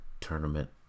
tournament